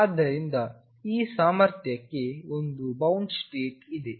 ಆದ್ದರಿಂದ ಈ ಸಾಮರ್ಥ್ಯಕ್ಕೆ ಒಂದು ಬೌಂಡ್ ಸ್ಟೇಟ್ ಇದೆ